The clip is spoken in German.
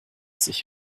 sich